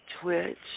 Twitch